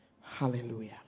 Hallelujah